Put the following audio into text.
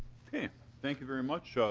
yeah thank you very much.